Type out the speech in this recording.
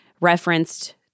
referenced